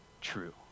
true